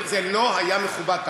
זה לא היה מכובד,